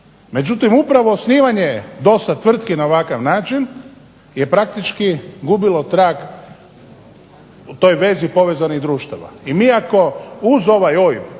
Međutim, upravo osnivanje dosta tvrtki na ovakav način je praktički gubilo trag u toj vezi povezanih društava. I mi ako uz ovaj OIB